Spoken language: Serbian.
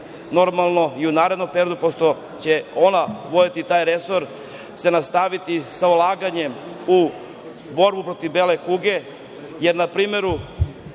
normalno i u narednom periodu, pošto će ona voditi taj resor, se nastaviti sa ulaganjem u borbu protiv bele kuge, jer na primeru